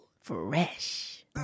Fresh